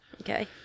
Okay